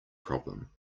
problem